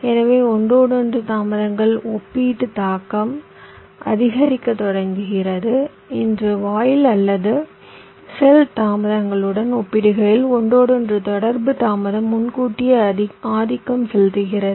எனவே ஒன்றோடொன்று தாமதங்களின் ஒப்பீட்டு தாக்கம் அதிகரிக்கத் தொடங்கியது இன்று வாயில் அல்லது செல் தாமதங்களுடன் ஒப்பிடுகையில் ஒன்றோடொன்று தொடர்பு தாமதம் முன்கூட்டியே ஆதிக்கம் செலுத்துகிறது